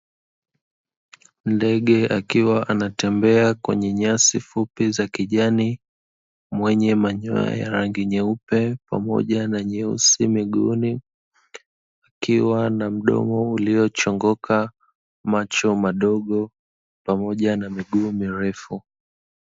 Ndege akiwa anatembea kwenye nyasi fupi za kijani, mwenye manyoya ya rangi nyeupe, pamaja na nyeusi miguuni, akiwa na mdomo uliochongoka macho madogo pamoja na miguu mirefu.